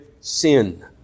sin